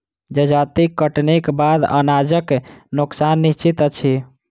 जजाति कटनीक बाद अनाजक नोकसान निश्चित अछि